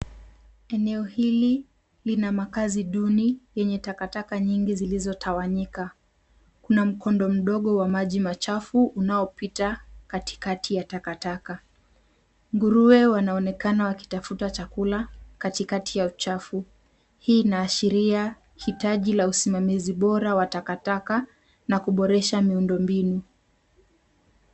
Eneo hili lina makaazi duni yenye takataka nyingi zilizotawanyika. Kuna mkondo mdogo wa maji machafu unaopita katikati ya takataka. Nguruwe wanaonekana wakitafuta chakula katikati ya uchafu. Hii inaashiria hitaji la usimamizi bora wa takataka na kuboresha miundo mbinu.